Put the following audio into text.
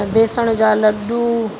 बेसण जा लॾूं